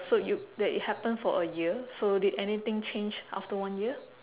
so you that it happen for a year so did anything change after one year